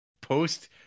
post